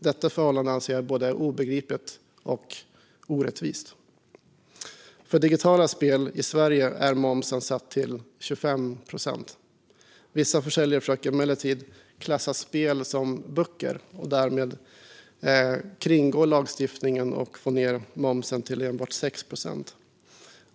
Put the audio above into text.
Detta förhållande anser jag vara både obegripligt och orättvist. För digitala spel i Sverige är momsen satt till 25 procent. Vissa försäljare försöker emellertid klassa spel som böcker och därmed kringgå lagstiftningen för att få ned momsen till enbart 6 procent.